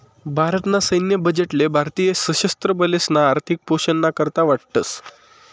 भारत ना सैन्य बजेट ले भारतीय सशस्त्र बलेसना आर्थिक पोषण ना करता वाटतस